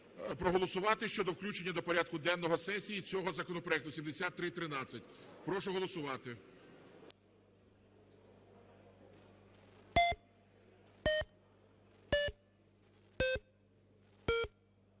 проголосувати щодо включення до порядку денного сесії цього законопроекту 7313. Прошу голосувати.